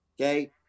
okay